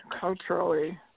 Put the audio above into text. culturally